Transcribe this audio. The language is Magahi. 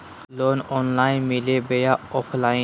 लोन ऑनलाइन मिली बोया ऑफलाइन?